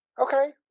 Okay